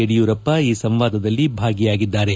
ಯಡಿಯೂರಪ್ಪ ಈ ಸಂವಾದಲ್ಲಿ ಭಾಗಿಯಾಗಿದ್ದಾರೆ